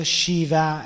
Shiva